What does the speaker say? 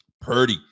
Purdy